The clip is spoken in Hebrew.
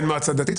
אין מועצה דתית?